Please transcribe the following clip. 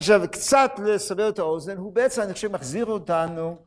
עכשיו, קצת לסבר את האוזן, הוא בעצם, אני חושב, מחזיר אותנו...